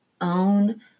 own